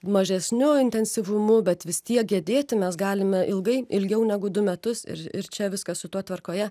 mažesniu intensyvumu bet vis tiek gedėti mes galime ilgai ilgiau negu du metus ir ir čia viskas su tuo tvarkoje